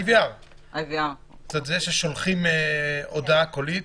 IVR. זה ששולחים הודעה קולית.